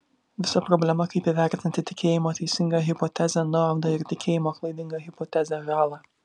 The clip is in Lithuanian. visa problema kaip įvertinti tikėjimo teisinga hipoteze naudą ir tikėjimo klaidinga hipoteze žalą